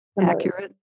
accurate